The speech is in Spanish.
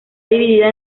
dividida